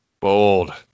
bold